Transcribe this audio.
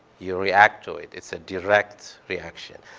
you react to it. it's a direct reaction.